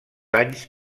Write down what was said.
anys